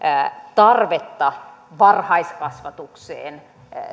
tarvetta varhaiskasvatukseen